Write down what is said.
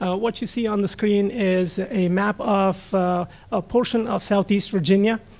ah what you see on the screen is a map of a portion of southeast virginia.